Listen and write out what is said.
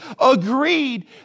agreed